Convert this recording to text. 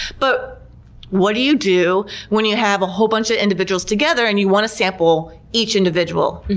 but what do you do when you have a whole bunch of individuals together, and you want to sample each individual?